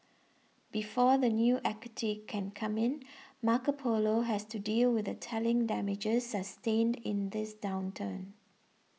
before the new equity can come in Marco Polo has to deal with the telling damages sustained in this downturn